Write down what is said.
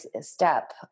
step